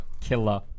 Killer